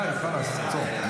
די, חלאס, עצור.